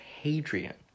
hadrian